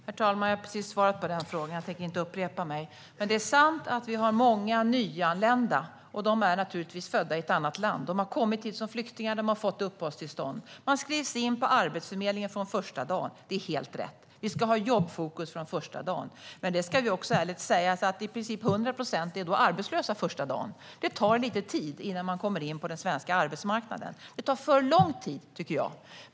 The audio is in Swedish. Herr talman! Jag har precis svarat på den frågan, och jag tänker inte upprepa det som jag har sagt. Det är sant att vi har många nyanlända, och de är naturligtvis födda i ett annat land. De har kommit hit som flyktingar, och de har fått uppehållstillstånd. De skrivs in på Arbetsförmedlingen från första dagen. Det är helt rätt. Vi ska ha jobbfokus från första dagen. Men det ska ärligt sägas att i princip hundra procent är då arbetslösa första dagen. Det tar lite tid innan man kommer in på den svenska arbetsmarknaden. Det tar för lång tid, tycker jag.